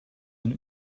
and